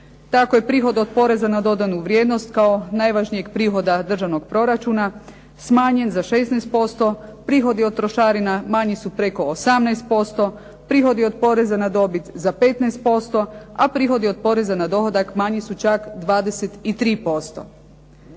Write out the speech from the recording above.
Tako je prihod od poreza na dodanu vrijednost kao najvažnijeg prihoda državnog proračuna smanjen za 16%, prihodi od trošarina manji su preko 18%, prihodi od poreza na dobit za 15%, a prihodi od poreza na dohodak manji su čak 23%.